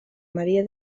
maria